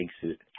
suit